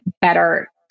better